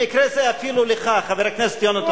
במקרה זה אפילו לך, חבר הכנסת פלסנר.